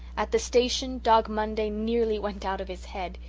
at the station dog monday nearly went out of his head.